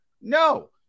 No